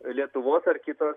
lietuvos ar kitos